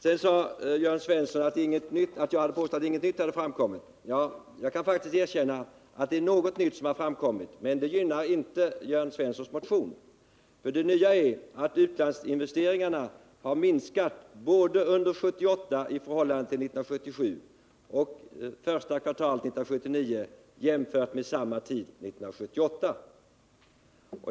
Sedan sade Jörn Svensson att jag hade påstått att inget nytt hade framkommit. Jag kan faktiskt erkänna att det är något nytt som har framkommit, men det gynnar inte Jörn Svenssons motion. Det nya är att utlandsinvesteringarna har minskat både under 1978, i förhållande till 1977, och under första kvartalet 1979, jämfört med samma tid 1978.